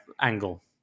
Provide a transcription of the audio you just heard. angle